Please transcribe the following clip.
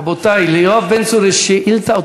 רבותי, ליואב בן צור יש אותה שאילתה.